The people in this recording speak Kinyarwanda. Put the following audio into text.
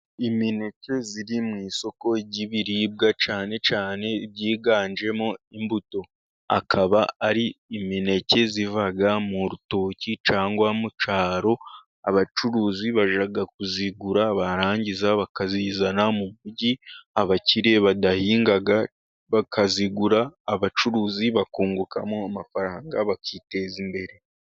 Imineke iri mu isoko ry'ibiribwa cyane cyane byiganjemo imbuto, akaba ari imineke ziva mu rutoki cyangwa mu cyaro, abacuruzi bajya kuzigura barangiza bakazizana mu mugi, abakire badahinga bakazigura, abacuruzi bakungukamo amafaranga bakiteza imbere.